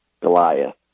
Goliath